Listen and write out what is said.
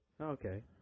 okay